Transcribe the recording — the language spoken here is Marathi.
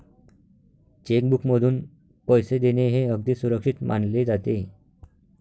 चेक बुकमधून पैसे देणे हे अगदी सुरक्षित मानले जाते